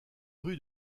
rues